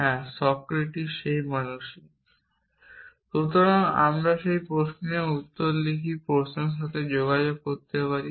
হ্যাঁ সক্রেটিসই সেই মানুষ। সুতরাং আমরা এই প্রশ্নের উত্তর লিখিত প্রশ্নের সাথে যোগাযোগ করতে পারি